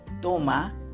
toma